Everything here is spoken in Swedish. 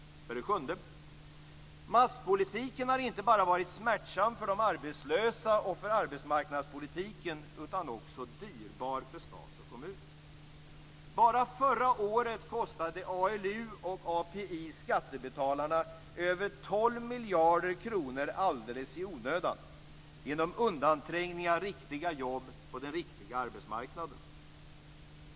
För det sjunde har masspolitiken inte bara varit smärtsam för de arbetslösa och för arbetsmarknadspolitiken utan också dyrbar för stat och kommun. Bara förra året kostade ALU och API skattebetalarna över 12 miljarder kronor alldeles i onödan genom undanträngning av riktiga jobb på den riktiga arbetsmarknaden.